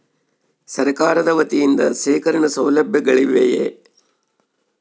ಸರಕಾರದ ವತಿಯಿಂದ ಶೇಖರಣ ಸೌಲಭ್ಯಗಳಿವೆಯೇ?